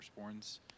firstborns